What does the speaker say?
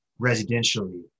residentially